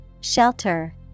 Shelter